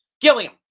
Gilliam